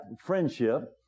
friendship